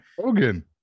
Hogan